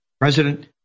President